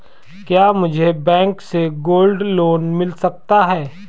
क्या मुझे बैंक से गोल्ड लोंन मिल सकता है?